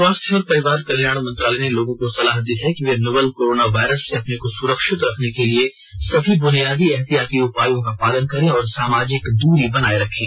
स्वास्थ्य और परिवार कल्याण मंत्रालय ने लोगों को सलाह दी है कि वे नोवल कोरोना वायरस से अपने को सुरक्षित रखने के लिए सभी बुनियादी एहतियाती उपायों का पालन करें और सामाजिक दूरी बनाए रखें